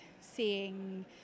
seeing